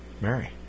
Mary